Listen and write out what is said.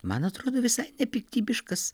man atrodo visai nepiktybiškas